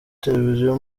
televiziyo